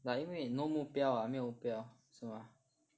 but 因为 no 目标 [what] 没有目标是吗